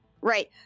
Right